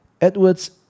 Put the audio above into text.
Edwards